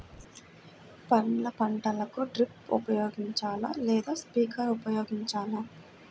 పండ్ల పంటలకు డ్రిప్ ఉపయోగించాలా లేదా స్ప్రింక్లర్ ఉపయోగించాలా?